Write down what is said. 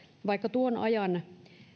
vaikka tuon ajan